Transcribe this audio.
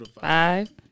Five